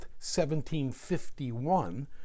1751